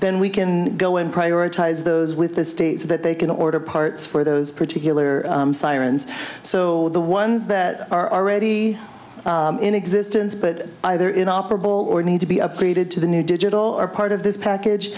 then we can go and prioritize those with the states that they can order parts for those particular sirens so the ones that are already in existence but either in operable or need to be upgraded to the new digital are part of this package